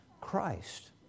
Christ